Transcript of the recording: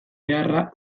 beharra